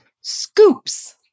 scoops